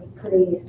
pretty